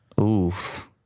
Oof